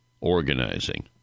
organizing